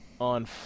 on